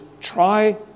try